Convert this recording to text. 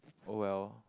oh well